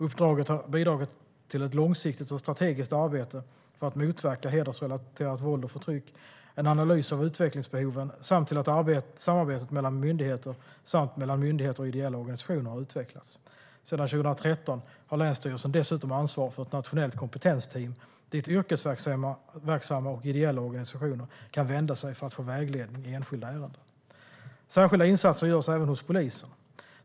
Uppdraget har bidragit till ett långsiktigt och strategiskt arbete för att motverka hedersrelaterat våld och förtryck, till en analys av utvecklingsbehoven samt till att samarbetet mellan myndigheter och mellan myndigheter och ideella organisationer har utvecklats. Sedan 2013 har länsstyrelsen dessutom ansvar för ett nationellt kompetensteam dit yrkesverksamma och ideella organisationer kan vända sig för att få vägledning i enskilda ärenden. Särskilda insatser görs även hos polisen.